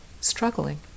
Struggling